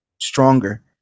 stronger